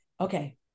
okay